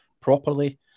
properly